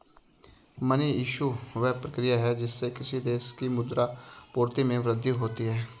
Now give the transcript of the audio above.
money issue, वह प्रक्रिया है जिससे किसी देश की मुद्रा आपूर्ति में वृद्धि होती है